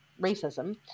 racism